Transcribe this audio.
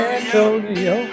Antonio